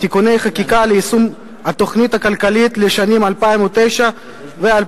(תיקוני חקיקה ליישום התוכנית הכלכלית לשנים 2009 ו-2010),